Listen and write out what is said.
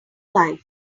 life